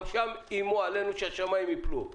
גם שם איימו עלינו שהשמיים ייפלו,